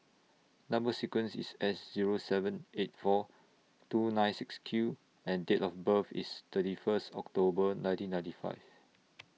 Number sequence IS S Zero seven eight four two nine six Q and Date of birth IS thirty First October nineteen ninety five